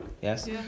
Yes